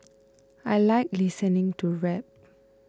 I like listening to rap